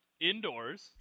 indoors